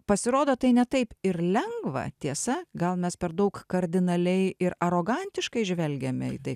pasirodo tai ne taip ir lengva tiesa gal mes per daug kardinaliai ir arogantiškai žvelgiame į tai